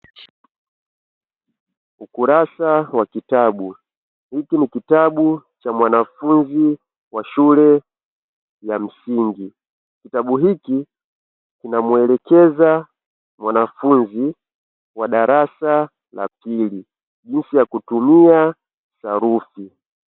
Ukurasa wa kitabu, hiki ni kitabu cha mwanafunzi wa shule ya msingi kitabu hiki kinamwelekeza mwanafunzi wa darasa la pili jinsi ya kutumia sarufi.